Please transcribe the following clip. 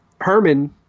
Herman